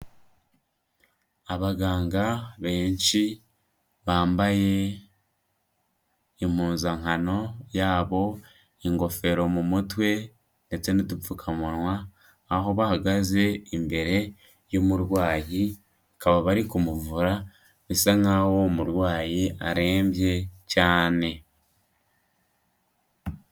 Abaganga benshi bambaye impuzankano yabo, ingofero mu mutwe ndetse n'udupfukamunwa, aho bahagaze imbere y'umurwayi, bakaba bari kumuvura bisa nkaho umurwayi arembye cyane.